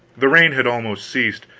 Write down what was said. the rain had almost ceased,